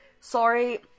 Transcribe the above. sorry